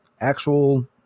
actual